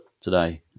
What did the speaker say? today